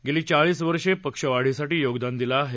गेली चाळीस वर्षे पक्षवाढीसाठी योगदान दिलं आहे